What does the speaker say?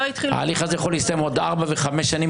ההליך הזה יכול להסתיים בעוד ארבע וחמש שנים.